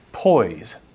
Poise